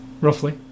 Roughly